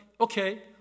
okay